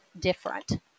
different